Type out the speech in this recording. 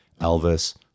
Elvis